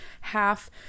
half